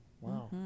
Wow